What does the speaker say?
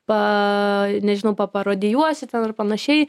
pa nežinau paparodijuosi ten ir panašiai